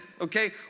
okay